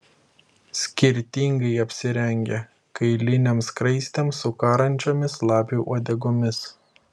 skirtingai apsirengę kailinėm skraistėm su karančiomis lapių uodegomis